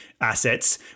assets